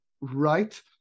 right